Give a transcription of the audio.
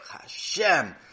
Hashem